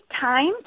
time